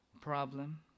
problem